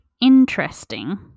interesting